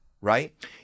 right